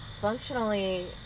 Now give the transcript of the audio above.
functionally